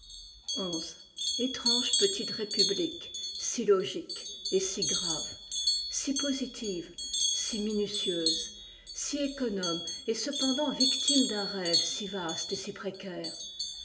xi étrange petite république si logique et si grave si positive si minutieuse si économe et cependant victime d'un rêve si vaste et si précaire